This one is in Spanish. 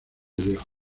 dios